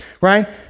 right